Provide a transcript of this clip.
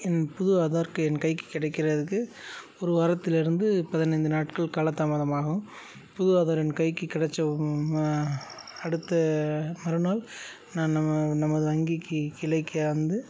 என் புது ஆதாருக்கு என் கைக்கு கிடைக்கிறதுக்கு ஒரு வாரத்தில் இருந்து பதினைந்து நாட்கள் காலதாமதமாகும் புது ஆதார் என் கைக்கு கெடைச்ச அடுத்த மறுநாள் நான் நம நமது வங்கிக்கு கிளைக்கே வந்து